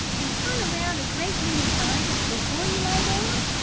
and turn around a great many times before you lie down?